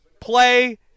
play